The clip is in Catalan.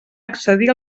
accedir